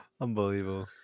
Unbelievable